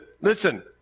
listen